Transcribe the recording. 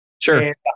Sure